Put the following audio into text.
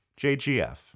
JGF